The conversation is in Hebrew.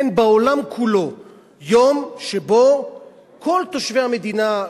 אין בעולם כולו יום שבו כל תושבי המדינה,